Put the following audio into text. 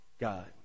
god